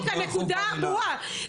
הנקודה ברורה.